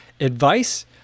Advice